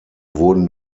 wurden